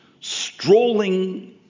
strolling